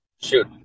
Shoot